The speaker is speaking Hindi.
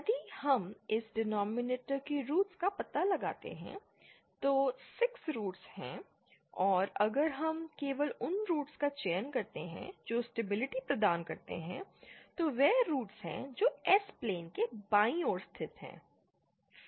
यदि हम इस डिनॉमिनेटर की रूट्स का पता लगाते हैं तो 6 रूट्स हैं और अगर हम केवल उन रूट्स का चयन करते हैं जो स्टेबलिटी प्रदान करते हैं तो वे रूट्स हैं जो S प्लेन के बाईं ओर स्थित हैं